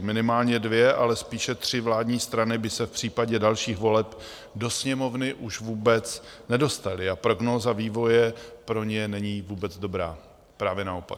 Minimálně dvě, ale spíše tři vládní strany by se v případě dalších voleb do Sněmovny už vůbec nedostaly a prognóza vývoje pro ně není vůbec dobrá, právě naopak.